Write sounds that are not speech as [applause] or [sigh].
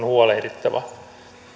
[unintelligible] huolehdittava